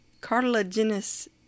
cartilaginous